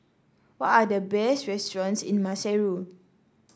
what are the best restaurants in Maseru